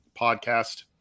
podcast